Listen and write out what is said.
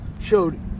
showed